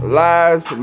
lies